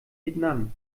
vietnam